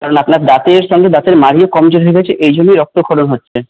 কারণ আপনার দাঁতের সঙ্গে দাঁতের মাড়িও কমজোরি হয়েছে এই জন্যই রক্তক্ষরণ হচ্ছে